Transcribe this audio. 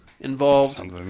involved